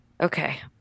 Okay